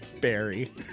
Barry